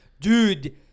dude